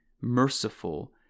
merciful